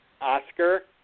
Oscar